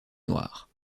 noir